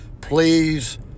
please